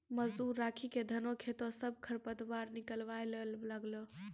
मजदूर राखी क धानों खेतों स सब खर पतवार निकलवाय ल लागलै